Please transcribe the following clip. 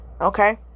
Okay